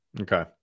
Okay